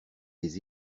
des